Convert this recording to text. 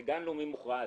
זה גן לאומי מוכרז,